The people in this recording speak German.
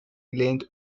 gelehnt